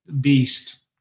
beast